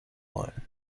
wollen